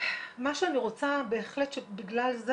מה שאני רוצה בהחלט לדבר עליו ובגלל זה